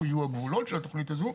והיכן יהיו הגבולות של התכנית הזו,